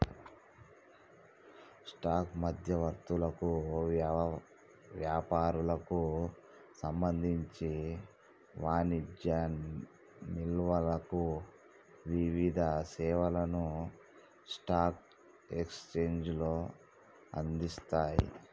stock మధ్యవర్తులకు, వ్యాపారులకు సంబంధించిన వాణిజ్య నిల్వలకు వివిధ సేవలను స్టాక్ ఎక్స్చేంజ్లు అందిస్తయ్